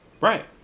Right